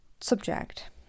subject